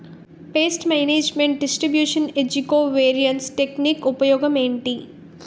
paste management distribution ఏజ్జి covariance technique ఉపయోగం ఏంటి